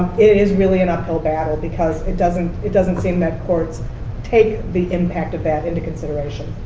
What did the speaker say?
it is really an uphill battle, because it doesn't it doesn't seem that courts take the impact of that into consideration.